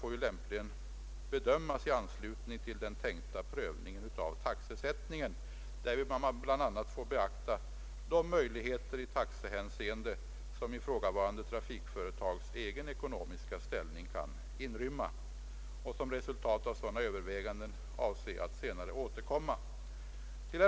Den får lämpligen bedömas i anslutning till den tänkta prövningen av taxesättningen, varvid man bl.a. får beakta de möjligheter i taxehänseende som ifrågavarande trafikföretags egen ekonomiska ställning kan inrymma. Till resultatet av sådana Ööverväganden avser jag att återkomma senare.